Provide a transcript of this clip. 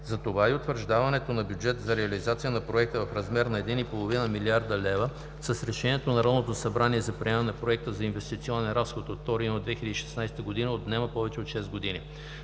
Затова и утвърждаването на бюджет за реализацията на проекта в размер на 1,5 млрд. лв. с решението на Народното събрание за приемане на Проекта за инвестиционен разход на 2 юни 2016 г. отнема повече от шест години.